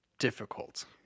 difficult